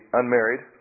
unmarried